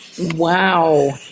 Wow